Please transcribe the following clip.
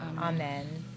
amen